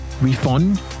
refund